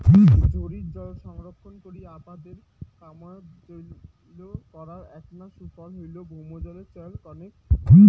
ঝড়ির জল সংরক্ষণ করি আবাদের কামাইয়ত চইল করার এ্যাকনা সুফল হইল ভৌমজলের চইল কণেক করা